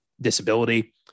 disability